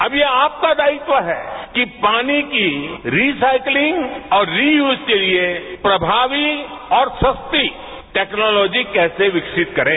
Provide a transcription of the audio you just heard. अब ये आपका दायित्व है कि पानी की रिसाइक्लिंग और रीयूज के लिए प्रभावी और सस्ती टेक्नोलॉजीकैसे विकसित करे